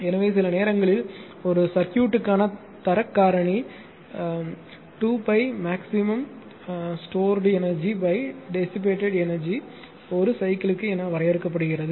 எனவே சில நேரங்களில் ஒரு சர்க்யூட் க்கான தரக் காரணி 2 pi maximum stored energy dissipated energy ஒரு சைக்கிள் க்கு என வரையறுக்கப்படுகிறது